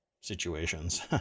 situations